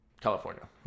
California